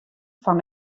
fan